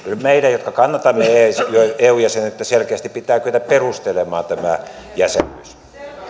meidän jotka kannatamme eu jäsenyyttä selkeästi pitää kyetä perustelemaan tämä jäsenyys